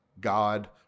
God